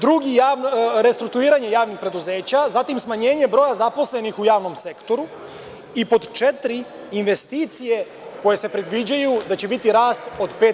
Drugi je restrukturiranje javnih preduzeća, zatim smanjenje broja zaposlenih u javnom sektoru i pod četiri, investicije koje se predviđaju da će biti rast od 5%